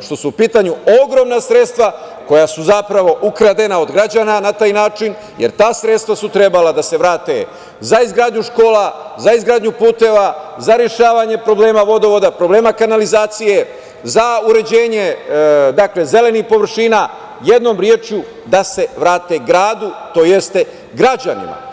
što su u pitanju ogromna sredstva koja su zapravo ukradena od građana, na taj način, jer ta sredstva su trebala da se vrate za izgradnju škola, za izgradnju puteva, za rešavanje problema vodovoda, problema kanalizacije, za uređenje zelenih površina, jednom rečju da se vrate gradu, tj. građanima.